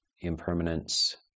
impermanence